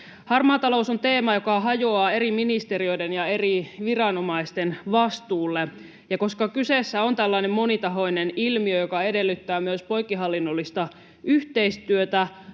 Harmaa talous on teema, joka hajoaa eri ministeriöiden ja eri viranomaisten vastuulle, ja koska kyseessä on tällainen monitahoinen ilmiö, joka edellyttää myös poikkihallinnollista yhteistyötä,